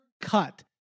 cut